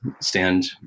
stand